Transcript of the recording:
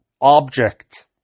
object